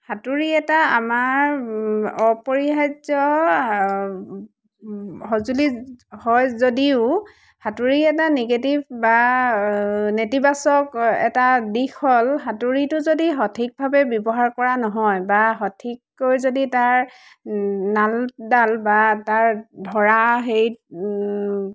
হাতুৰী এটা আমাৰ অপৰিহাৰ্য সঁজুলি হয় যদিও হাতুৰী এটা নিগেটিভ বা নেতিবাচক এটা দিশ হ'ল সাঁতুৰীটো যদি সঠিকভাৱে ব্যৱহাৰ কৰা নহয় বা সঠিককৈ যদি তাৰ নাল বা তাৰ ধৰা সেই